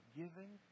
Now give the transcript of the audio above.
giving